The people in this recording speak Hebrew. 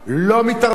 לא מתערבים.